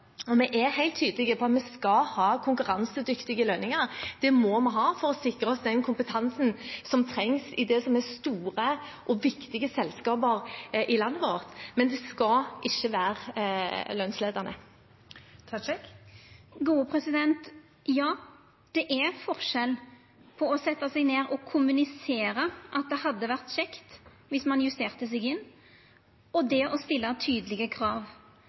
Vi er helt tydelige på at vi skal ha konkurransedyktige lønninger. Det må vi ha for å sikre oss den kompetansen som trengs i det som er store og viktige selskaper i landet vårt, men vi skal ikke være lønnsledende. Hadia Tajik – til oppfølgingsspørsmål. Ja, det er forskjell på å setja seg ned og kommunisera at det hadde vore kjekt om ein stramma inn, og det å stilla tydelege krav.